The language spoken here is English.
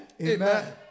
Amen